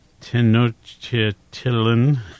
Tenochtitlan